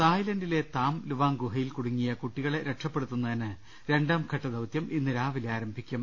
തായ്ലന്റിലെ Tham Luang ഗുഹയിൽ കുടുങ്ങിയ കുട്ടികളെ രക്ഷപ്പെടുത്തുന്നതിന് രണ്ടാം ഘട്ട ദൌതൃം ഇന്ന് രാവിലെ ആരംഭിക്കും